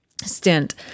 stint